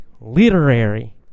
literary